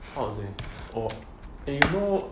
how to say it or you know